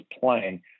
playing